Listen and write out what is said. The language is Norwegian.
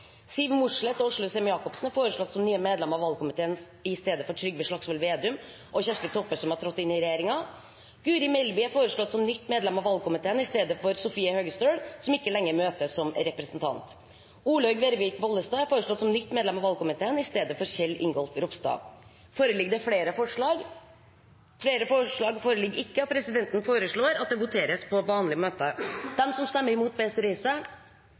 Siv Mossleth og Åslaug Sem-Jacobsen er foreslått som nye medlemmer av valgkomiteen i stedet for Trygve Slagsvold Vedum og Kjersti Toppe, som har trådt inn i regjeringen. Guri Melby er foreslått som nytt medlem av valgkomiteen i stedet for Sofie Høgestøl, som ikke lenger møter som representant. Olaug Vervik Bollestad er foreslått som nytt medlem av valgkomiteen i stedet for Kjell Ingolf Ropstad. Foreligger det flere forslag? – Så synes ikke. Presidenten foreslår at det voteres på vanlig